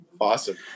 Awesome